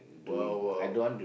!wow! !wow!